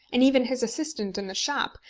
and even his assistant in the shop,